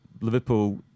Liverpool